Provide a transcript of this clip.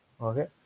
okay